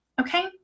Okay